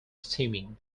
steaming